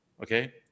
Okay